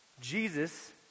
Jesus